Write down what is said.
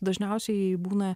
dažniausiai būna